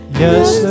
yes